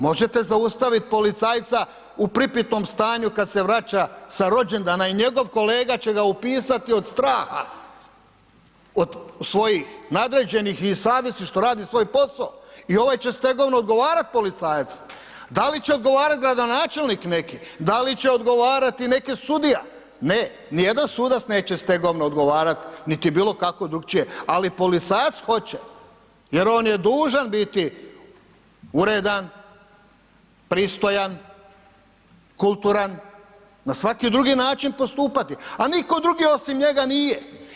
Možete zaustaviti policajca u pripitom stanju kad se vraća sa rođendana i njegov kolega će ga upisati od straha, od svojih nadređenih i savjesti što radi svoj posao, ovaj će stegovno odgovarat policajac, da li će odgovarat gradonačelnik neki, da li će odgovarati neke sudija, ne, nijedan sudac neće stegovno odgovarat niti bilo kako drukčije ali policajac hoće jer on je dužan biti uredan, pristojan, kulturan, na svaki drugi način postupati a itko drugi osim njega nije.